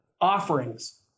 offerings